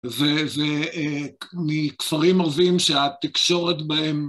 ומכפרים ערביים שהתקשורת בהם.